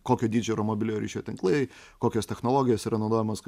kokio dydžio yra mobiliojo ryšio tinklai kokios technologijos yra naudojamos